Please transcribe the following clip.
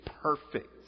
perfect